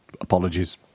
Apologies